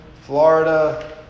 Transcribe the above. Florida